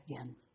again